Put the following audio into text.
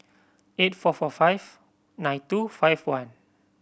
eight four four five nine two five one